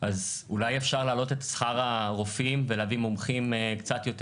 אז אולי אפשר להעלות את שכר הרופאים ולהביא מומחים קצת יותר